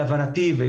להבנתי,